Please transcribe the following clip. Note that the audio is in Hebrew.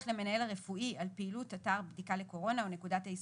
למנהל הרפואי על פעילות אתר הבדיקה לקורונה או נקודת האיסוף,